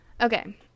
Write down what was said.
Okay